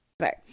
Sorry